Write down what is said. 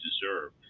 deserve